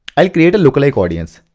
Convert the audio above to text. i'll create a lookalike audience.